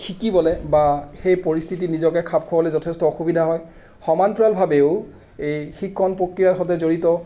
শিকিবলৈ বা সেই পৰিস্থিতিত নিজকে খাপ খুৱাবলৈ যথেষ্ট অসুবিধা হয় সমান্তৰালভাৱেও এই শিকণ প্ৰক্ৰিয়াৰ সৈতে জড়িত